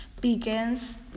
begins